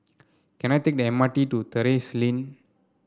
can I take the M R T to Terrasse Lane